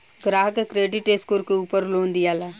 ग्राहक के credit score के उपर लोन दियाला